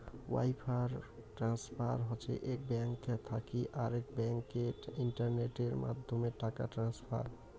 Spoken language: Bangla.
ওয়াইয়ার ট্রান্সফার হসে এক ব্যাঙ্ক থাকি আরেক ব্যাংকে ইন্টারনেটের মাধ্যমে টাকা ট্রান্সফার